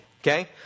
Okay